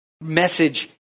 message